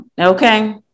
Okay